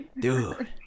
Dude